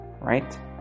right